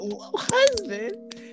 husband